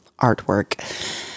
artwork